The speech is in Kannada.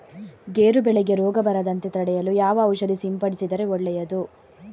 ಗೇರು ಬೆಳೆಗೆ ರೋಗ ಬರದಂತೆ ತಡೆಯಲು ಯಾವ ಔಷಧಿ ಸಿಂಪಡಿಸಿದರೆ ಒಳ್ಳೆಯದು?